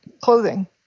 clothing